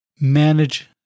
manage